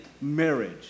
marriage